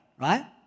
right